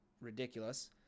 ridiculous